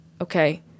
okay